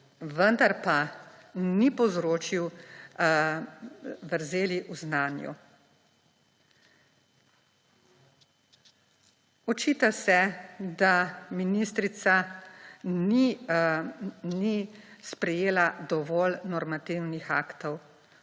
vendar pa ni povzročil vrzeli o znanju. Očita se, da ministrica ni sprejela dovolj normativnih aktov.